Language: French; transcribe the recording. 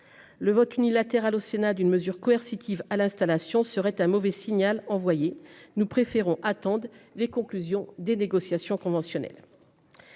Le vote unilatéral au Sénat d'une mesure coercitive à l'installation serait un mauvais signal envoyé nous préférons attendent les conclusions des négociations conventionnelles.